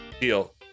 Deal